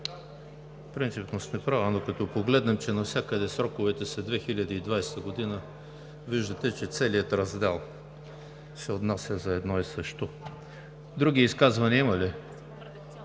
Принципно сте права, но като погледнем, че навсякъде сроковете са 2020 г., виждате, че целият раздел се отнася за едно и също. Други изказвания има ли?